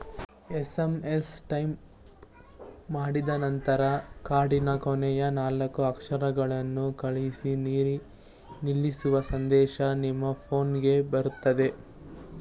SMS type ಮಾಡಿದನಂತರ ಕಾರ್ಡಿನ ಕೊನೆಯ ನಾಲ್ಕು ಅಕ್ಷರಗಳನ್ನು ಕಳಿಸಿ ನಿಲ್ಲಿಸುವ ಸಂದೇಶ ನಿಮ್ಮ ಫೋನ್ಗೆ ಬರುತ್ತೆ